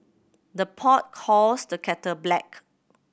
the pot calls the kettle black